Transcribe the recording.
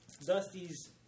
Dusty's